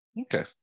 Okay